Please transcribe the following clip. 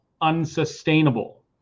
unsustainable